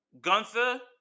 Gunther